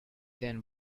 then